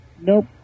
Nope